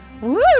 Woo